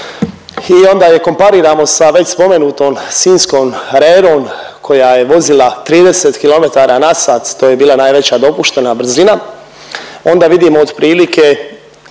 i onda je kompariramo sa već spomenutom sinjskom rerom koja je vozila 30 km/h, to je bila najveća dopuštena brzina, onda vidimo otprilike